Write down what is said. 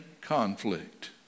conflict